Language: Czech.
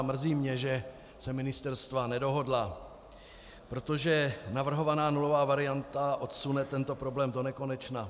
Mrzí mě, že se ministerstva nedohodla, protože navrhovaná nulová varianta odsune tento problém donekonečna.